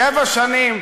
שבע שנים,